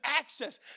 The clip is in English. access